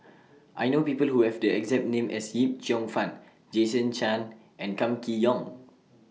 I know People Who Have The exact name as Yip Cheong Fun Jason Chan and Kam Kee Yong